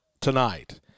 tonight